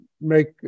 make